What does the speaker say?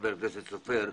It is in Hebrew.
חבר הכנסת סופר,